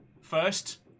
first